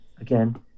again